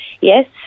Yes